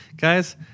Guys